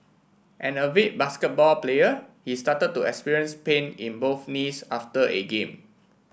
an avid basketball player he started to experience pain in both knees after a game